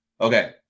Okay